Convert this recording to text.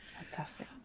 Fantastic